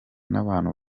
n’abantu